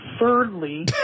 Thirdly